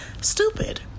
stupid